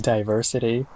Diversity